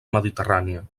mediterrània